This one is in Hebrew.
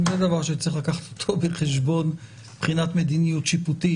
גם זה דבר שצריך להביא בחשבון מבחינת מדיניות שיפוטית,